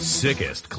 sickest